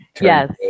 Yes